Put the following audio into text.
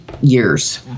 years